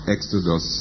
Exodus